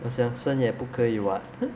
我想生也不可以 [what]